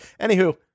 Anywho